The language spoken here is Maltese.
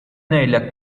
ngħidlek